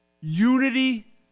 unity